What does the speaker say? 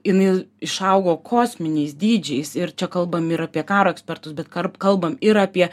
jinai išaugo kosminiais dydžiais ir čia kalbam ir apie karo ekspertus bet kar kalbam ir apie